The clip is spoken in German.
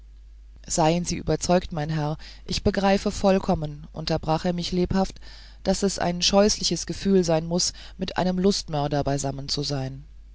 seien sie überzeugt mein herr ich begreife vollkommen unterbrach er mich lebhaft daß es ein scheußliches gefühl sein muß mit einem lustmörder beisammen zu sein